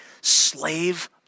Slave